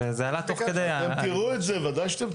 אבל זה עלה תוך כדי.